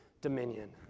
dominion